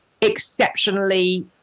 exceptionally